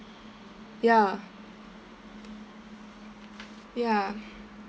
ya ya